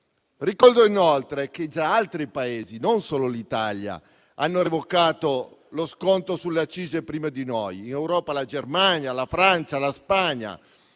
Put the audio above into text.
Ricordo inoltre che già altri Paesi, non solo l'Italia, hanno revocato lo sconto sulle accise prima di noi; in Europa la Germania, la Francia e la Spagna.